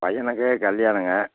பையனுக்கு கல்யாணம்ங்க